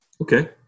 Okay